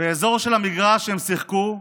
באזור של המגרש הם שיחקו,